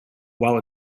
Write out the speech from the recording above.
while